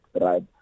right